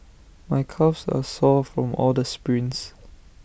my calves are sore from all the sprints